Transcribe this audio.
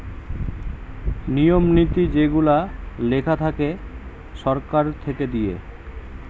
নিয়ম নীতি যেগুলা লেখা থাকে সরকার থেকে দিয়ে